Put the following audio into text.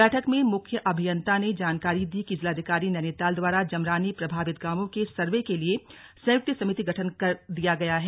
बैठक में मुख्य अभियन्ता ने जानकारी दी कि जिलाधिकारी नैनीताल द्वारा जमरानी प्रभावित गांवों के सर्वे के लिए संयुक्त समिति गठन कर किया गया है